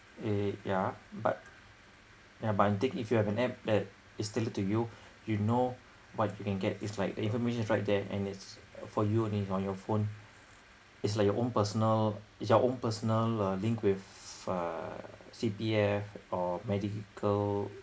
eh yeah but yeah but I think if you have an app that is still to you you know what you can get is like information is right there and it's for you only or from your phone is like your own personal is your own personal uh link with uh C_P_F or medical